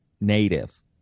native